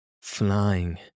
Flying